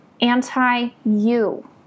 anti-you